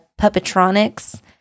puppetronics